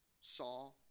saw